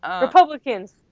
Republicans